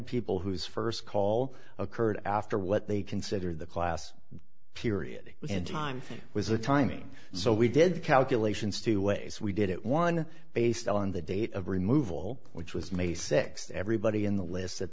people whose first call occurred after what they consider the class period and time thing was a timing so we did the calculations two ways we did it one based on the date of removal which was may six everybody in the lists that